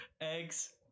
Eggs